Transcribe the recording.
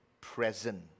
present